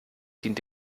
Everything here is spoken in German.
dient